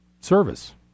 service